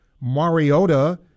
Mariota